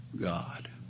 God